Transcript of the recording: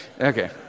Okay